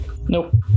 Nope